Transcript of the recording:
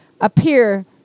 appear